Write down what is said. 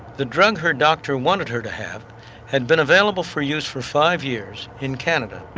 the drug her doctor wanted her to have had been available for use for five years in canada.